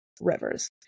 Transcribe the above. rivers